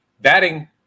Batting